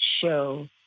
show